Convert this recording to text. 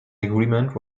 agreement